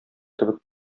кебек